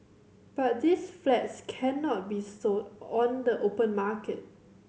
but these flats cannot be sold on the open market